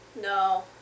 No